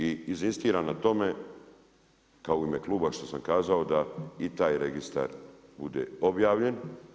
I inzistiram na tome, kao i u ime Kluba što sam kazao da i taj registar bude obavljen.